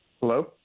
Hello